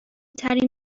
ترین